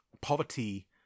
poverty